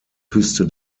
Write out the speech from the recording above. küste